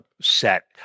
set